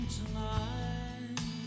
tonight